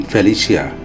Felicia